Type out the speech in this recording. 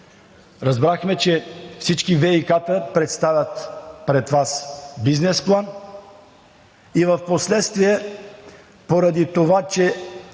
Разбрахме, че всички ВиК-та представят пред Вас бизнес план и впоследствие, поради това че